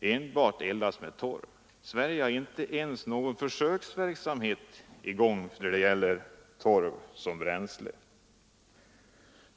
enbart torveldning. Sverige har inte ens någon försöksverksamhet i gång då det gäller torv som bränsle.